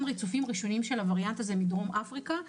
ריצופים ראשונים של הווריאנט הזה מדרום אפריקה,